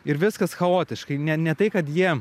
ir viskas chaotiškai ne ne tai kad jie